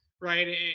Right